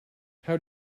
how